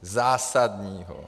Zásadního.